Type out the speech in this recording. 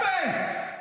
אפס.